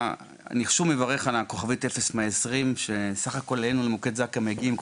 אני שוב מברך על כוכבית 0120. בסך הכול אלינו למוקד זק"א מגיעים מגיעות